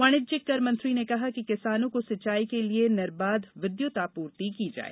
वाणिज्यिक कर मंत्री ने कहा कि किसानों को सिंचाई के लिये निर्बाध विद्युत आपूर्ति की जाए